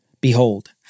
Behold